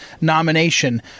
nomination